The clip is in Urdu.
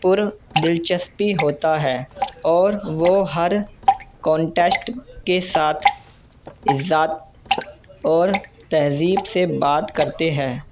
پر دلچسپی ہوتا ہے اور وہ ہر کانٹیسٹ کے ساتھ عزت اور تہذیب سے بات کرتے ہے